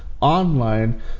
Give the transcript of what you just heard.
online